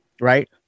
right